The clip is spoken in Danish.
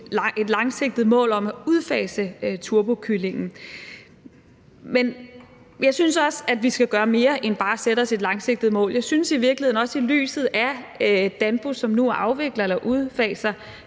et langsigtet mål om at udfase turbokyllingen. Men jeg synes også, at vi skal gøre mere end bare at sætte os et langsigtet mål. Jeg synes måske godt – også set i lyset af Danbo, som nu afvikler eller udfaser